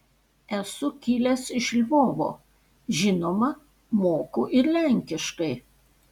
esu kilęs iš lvovo žinoma moku ir lenkiškai